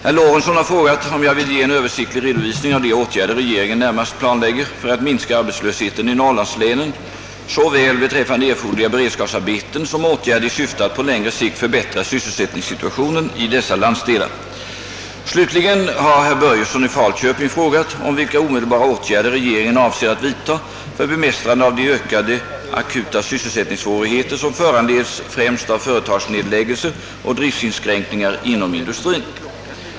Herr Lorentzon har frågat, om jag vill ge en översiktlig redovisning av de åtgärder regeringen närmast planlägger för att minska arbetslösheten i norrlandslänen, såväl beträffande erforderliga beredskapsarbeten som åtgärder i syfte att på längre sikt förbättra sysselsättningssituationen i dessa landsdelar. Slutligen har herr Börjesson i Falköping frågat vilka omedelbara åtgärder regeringen avser att vidta för bemästrande av de ökade, akuta sysselsättningssvårigheter, som föranleds främst av företagsnedläggelser och driftsinskränkningar inom industrin.